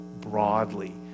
broadly